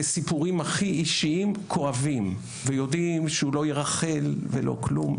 לסיפורים הכי אישיים כואבים ויודעים שהוא לא ירכל ולא כלום,